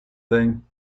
thing